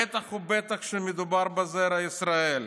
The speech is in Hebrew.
בטח ובטח כשמדובר בזרע ישראל.